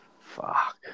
Fuck